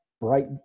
bright